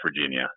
Virginia